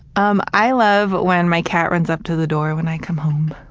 um i love when my cat runs up to the door when i come home.